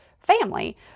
family